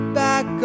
back